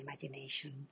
imagination